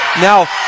now